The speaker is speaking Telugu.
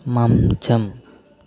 మంచం